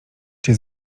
czy